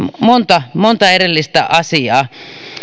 monta monta erillistä asiaa